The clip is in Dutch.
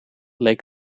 leek